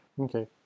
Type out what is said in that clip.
Okay